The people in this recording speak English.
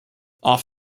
off